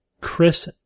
Chris